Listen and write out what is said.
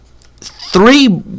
three